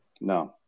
No